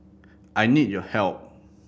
I need your help